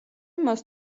მას